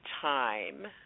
time